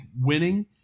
winning